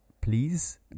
please